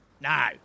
No